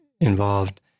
involved